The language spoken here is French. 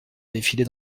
défiler